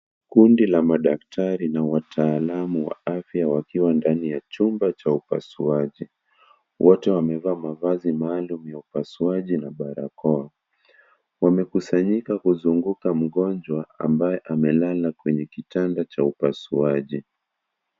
Kundi la madaktari na wataalamu wa afya wakiwa ndani ya chumba cha upasuaji. Wote wamevaa mavazi maalum ya upasuaji na barakoa. Wamekusanyika kuzunguka mgonjwa ambaye amelala kwenye kitanda cha upasuaji.